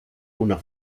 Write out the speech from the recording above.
una